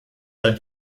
ein